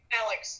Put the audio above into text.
alex